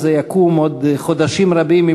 אז זה יקום בעוד חודשים רבים,